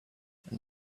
and